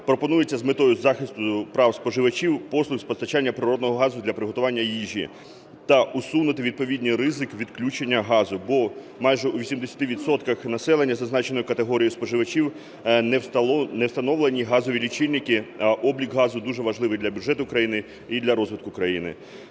пропонується з метою захисту прав споживачів послуг з постачання природного газу для приготування їжі та усунути відповідні ризики відключення газу по майже 80 відсотках населення зазначеної категорії споживачів, не встановлені газові лічильники, а облік газу дуже важливий для бюджету країни і для розвитку країни.